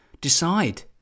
decide